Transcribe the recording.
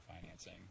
financing